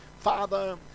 Father